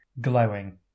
glowing